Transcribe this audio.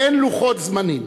אין לוחות זמנים.